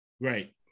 Right